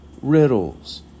riddles